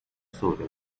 sobre